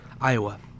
Iowa